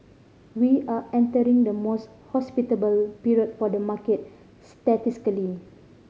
we are entering the most hospitable period for the market statistically